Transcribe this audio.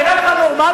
נראה לך נורמלי?